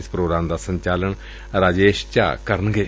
ਇਸ ਪ੍ਰੋਗਰਾਮ ਦਾ ਸੰਚਾਲਨ ਰਾਜੇਸ਼ ਝਾਅ ਕਰਨਗੇ